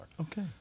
okay